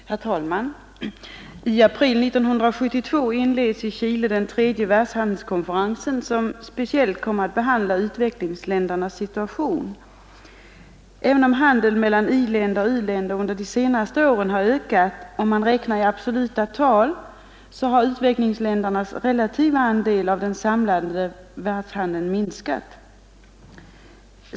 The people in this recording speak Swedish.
Herr talman! I april 1972 inleds i Chile den tredje världshandelskonferensen, som speciellt kommer att behandla utvecklingsländernas situation. Även om handeln mellan i-länder och u-länder under de senaste åren har ökat, om man räknar i absoluta tal, har utvecklingsländernas relativa andel av den samlade världshandeln minskat.